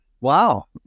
Wow